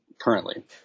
currently